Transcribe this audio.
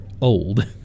old